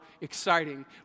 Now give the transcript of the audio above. exciting